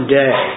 day